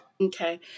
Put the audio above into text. Okay